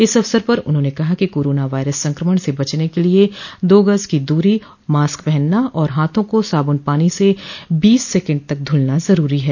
इस अवसर पर उन्होंने कहा कि कोरोना वायरस संक्रमण से बचने के लिये दो गज की दूरी मास्क पहनना और हाथों को साबुन पानी से बीस सेकेंड तक धुलना जरूरी है